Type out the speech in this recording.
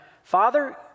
Father